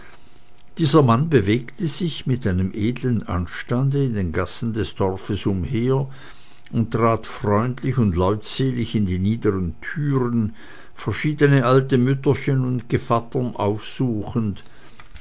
dieser mann bewegte sich mit einem edlen anstande in den gassen des dorfes umher und trat freundlich und leutselig in die niederen türen verschiedene alte mütterchen und gevattern aufsuchend